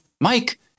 Mike